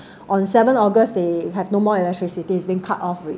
on seven august they have no more electricity it's been cut off already